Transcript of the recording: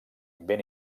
ben